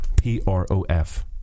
P-R-O-F